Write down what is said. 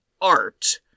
art